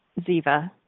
Ziva